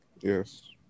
Yes